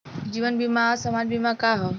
जीवन बीमा आ सामान्य बीमा का ह?